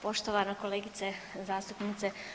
Poštovana kolegice zastupnice.